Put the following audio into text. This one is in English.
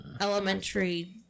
elementary